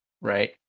Right